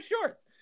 shorts